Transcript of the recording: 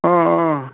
অঁ অঁ